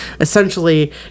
essentially